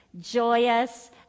joyous